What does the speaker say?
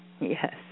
Yes